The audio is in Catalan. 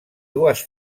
dues